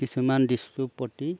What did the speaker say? কিছুমান দৃশ্য প্ৰতি